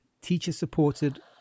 teacher-supported